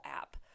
app